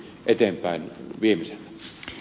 arvoisa puhemies